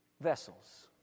vessels